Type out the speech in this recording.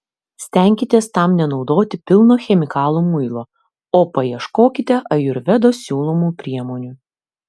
stenkitės tam nenaudoti pilno chemikalų muilo o paieškokite ajurvedos siūlomų priemonių